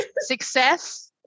Success